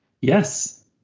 Yes